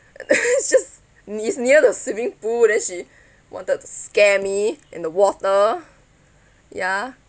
and then is just is near the swimming pool then she wanted to scare me in the water ya